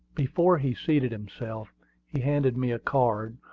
before he seated himself he handed me a card,